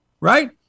right